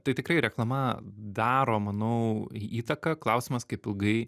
tai tikrai reklama daro manau įtaką klausimas kaip ilgai